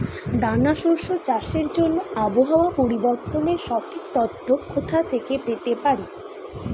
দানা শস্য চাষের জন্য আবহাওয়া পরিবর্তনের সঠিক তথ্য কোথা থেকে পেতে পারি?